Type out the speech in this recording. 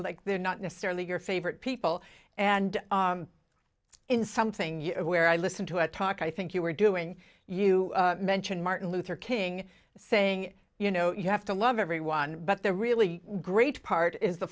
like they're not necessarily your favorite people and in something where i listen to a talk i think you are doing you mention martin luther king saying you know you have to love everyone but the really great part is the